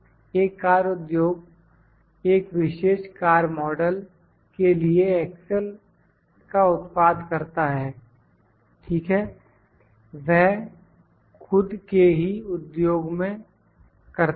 एक कार उद्योग एक विशेष कार मॉडल के लिए एक्सेल का उत्पाद करता है ठीक है वह खुद के ही उद्योग में करता है